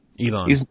Elon